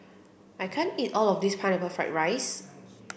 I can't eat all of this pineapple fried rice